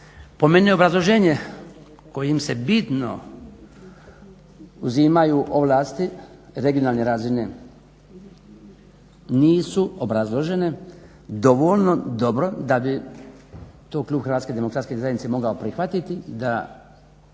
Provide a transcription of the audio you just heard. Po meni obrazloženje kojim se bitno uzimaju ovlasti regionalne razine nisu obrazložene dovoljno dobro da bi to Klub HDZ-a mogao prihvatiti da